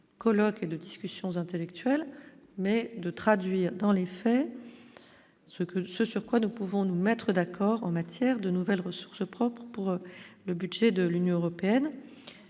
colloques et de discussions intellectuelles mais de traduire dans les faits ce que ce sur quoi nous pouvons nous mettre d'accord en matière de nouvelles ressources propres pour le budget de l'Union européenne,